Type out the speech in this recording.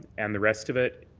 and the rest of it,